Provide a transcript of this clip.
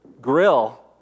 grill